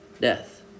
Death